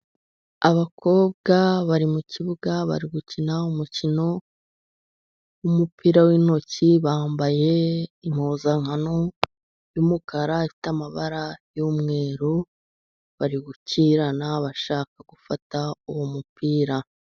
Abakobwa bari mu kibuga, bari gukina umukino w'umupira w'intoki, bambaye impuzankano y'umukara ifite amabara yu'mweru, bari gukirana, bashaka gufata uwo mupira.